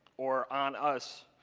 or on us.